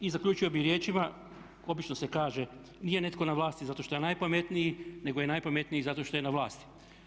I zaključio bi riječima obično se kaže nije netko na Vlasti zato što je najpametniji, nego je najpametniji zato što je na vlasti.